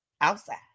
outside